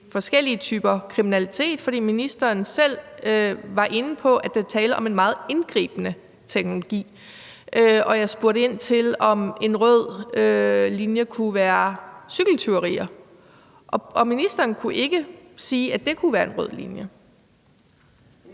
forskellige typer kriminalitet, for ministeren var selv inde på, at der er tale om en meget indgribende teknologi. Jeg spurgte ind til, om en rød linje kunne være ved cykeltyverier. Ministeren kunne ikke sige, at det kunne være en rød linje.